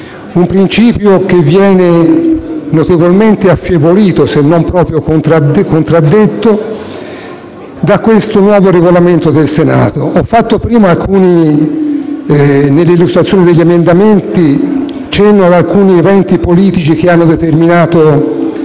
un principio che viene notevolmente affievolito, se non proprio contraddetto, dal nuovo Regolamento del Senato. Ho fatto prima, nell'illustrazione degli emendamenti, cenno ad alcuni eventi politici che hanno determinato